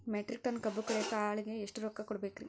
Metric ton ಕಬ್ಬು ಕಡಿಯಾಕ ಆಳಿಗೆ ಎಷ್ಟ ರೊಕ್ಕ ಕೊಡಬೇಕ್ರೇ?